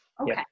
Okay